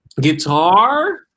Guitar